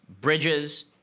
bridges